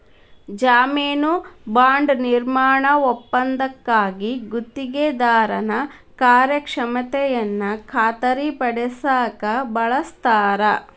ಜಾಮೇನು ಬಾಂಡ್ ನಿರ್ಮಾಣ ಒಪ್ಪಂದಕ್ಕಾಗಿ ಗುತ್ತಿಗೆದಾರನ ಕಾರ್ಯಕ್ಷಮತೆಯನ್ನ ಖಾತರಿಪಡಸಕ ಬಳಸ್ತಾರ